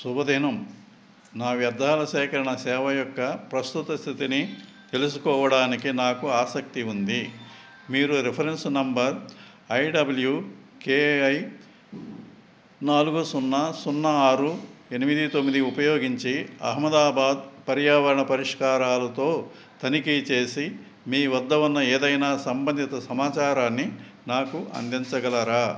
శుభదినం నా వ్యర్థాల సేకరణ సేవ యొక్క ప్రస్తుత స్థితిని తెలుసుకోవడానికి నాకు ఆసక్తి ఉంది మీరు reference number I W K I నాలుగు సున్నా సున్నా ఆరు ఎనిమిది తొమ్మిది ఉపయోగించి అహ్మదాబాద్ పర్యావరణ పరిష్కారాలుతో తనిఖీ చేసి మీ వద్ద ఉన్న ఏదైనా సంబంధిత సమాచారాన్ని నాకు అందించగలరా